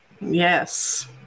yes